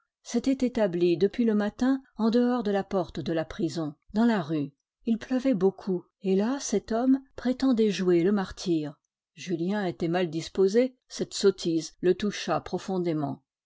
s'était établi depuis le matin en dehors de la porte de la prison dans la rue il pleuvait beaucoup et là cet homme prétendait jouer le martyr julien était mal disposé cette sottise le toucha profondément